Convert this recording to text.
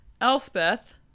Elspeth